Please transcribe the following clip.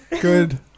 Good